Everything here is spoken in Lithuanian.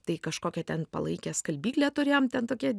tai kažkokią ten palaikę skalbyklę turėjom ten tokią